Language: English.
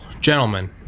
gentlemen